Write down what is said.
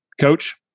Coach